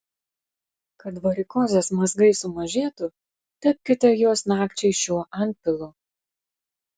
kad varikozės mazgai sumažėtų tepkite juos nakčiai šiuo antpilu